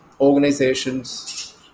organizations